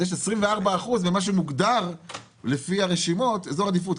אז יש 24% ממה שמוגדר לפי הרשימות איזור עדיפות.